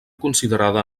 considerada